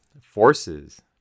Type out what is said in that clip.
forces